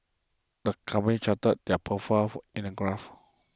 the company charted their profits in a graph